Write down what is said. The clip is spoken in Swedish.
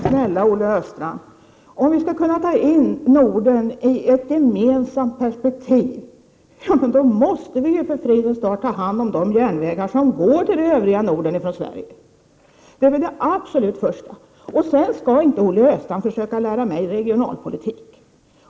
Herr talman! Om vi, snälle Olle Östrand, skall kunna se Norden i ett gemensamt perspektiv, måste vi väl i fridens namn ta hand om de järnvägar som förbinder övriga Norden med Sverige. Det är det absolut första att tänka på. Sedan skall inte Olle Östrand försöka lära mig regionalpolitik.